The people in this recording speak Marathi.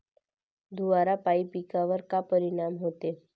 धुवारापाई पिकावर का परीनाम होते?